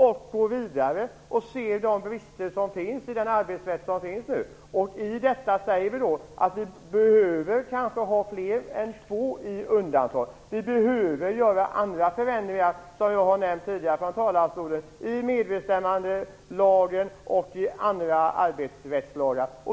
Vi går vidare och ser de brister som finns i den nuvarande arbetsrätten. Det är därför vi säger att det kanske behövs undantag för fler än två. Det behövs andra förändringar, såsom jag tidigare har nämnt från talarstolen, i medbestämmandelagen och andra arbetsrättslagar.